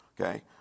okay